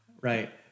Right